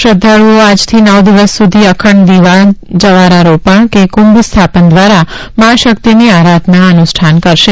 શ્રદ્ધાળુઓ આજથી નવ દિવસ સુધી અખંડ દીવા જવારારોપણ કે કુંભ સ્થાપન દ્વારા મા શક્તિની આરાધના અનુષ્ઠાન કરશે